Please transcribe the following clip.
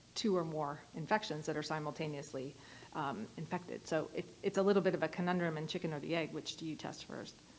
two or more infections that are simultaneously infected. so it's it's a little bit of a conundrum in chicken or the egg which do you test first?